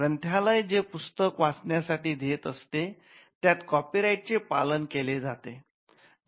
ग्रंथालय जे पुस्तक वाचण्या साठी देत असते त्यात कॉपीराइटचे पालन केले जाते